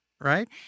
right